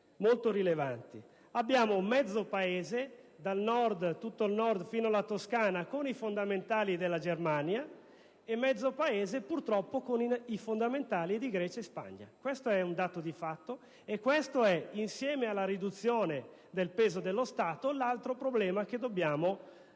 molto rilevanti: abbiamo mezzo Paese, dal Nord fino alla Toscana, con i fondamentali della Germania, e mezzo Paese, purtroppo, con i fondamentali di Grecia e di Spagna. Questo è il dato di fatto e questo è, insieme alla riduzione del peso dello Stato, l'altro problema che dobbiamo